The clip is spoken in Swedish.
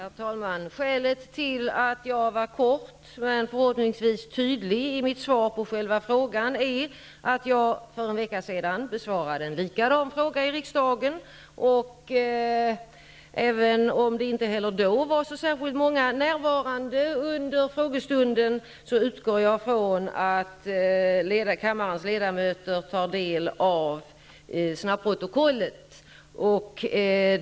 Herr talman! Skälet till att jag uttryckte mig kort men förhoppningsvis tydligt i mitt svar på själva frågan, är att jag för en vecka sedan besvarade en likadan fråga i riksdagen. Även om det inte heller då var så särskilt många närvarande under frågestunden, utgår jag från att kammarens ledamöter tar del av snabbprotokollet.